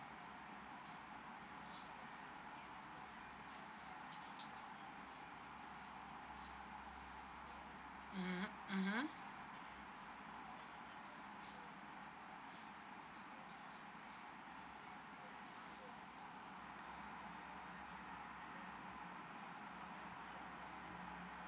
mm mmhmm